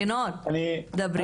לינור, דברי.